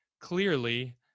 clearly